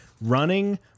running